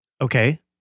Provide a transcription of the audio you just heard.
Okay